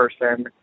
person